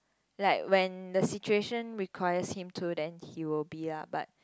like when the situation requires him to then he will be ah but